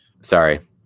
Sorry